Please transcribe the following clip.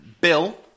Bill